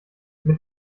mit